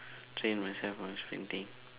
train myself on sprinting